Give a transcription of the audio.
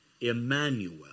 Emmanuel